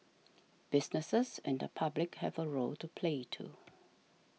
businesses and the public have a role to play too